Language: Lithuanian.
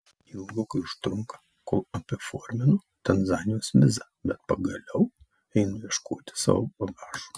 ilgokai užtrunka kol apiforminu tanzanijos vizą bet pagaliau einu ieškoti savo bagažo